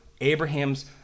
Abraham's